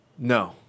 No